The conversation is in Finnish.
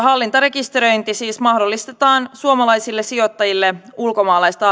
hallintarekisteröinti siis mahdollistetaan suomalaisille sijoittajille ulkomaalaisten